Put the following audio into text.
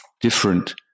different